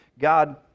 God